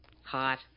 Hot